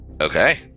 Okay